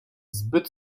zbyt